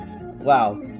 Wow